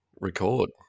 record